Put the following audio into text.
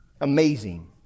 Amazing